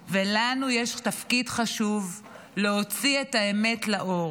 ולנו יש תפקיד חשוב להוציא את האמת לאור.